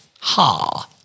ha